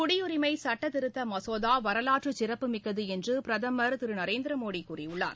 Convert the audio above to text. குடியுரிமை சட்டத்திருத்த மசோதா வரலாற்று சிறப்புமிக்கது என்று பிரதமர் திரு நரேந்திர மோடி கூறியுள்ளார்